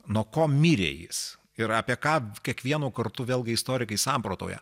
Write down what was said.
nuo ko mirė jis ir apie ką kiekvienu kartu vėlgi istorikai samprotauja